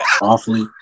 awfully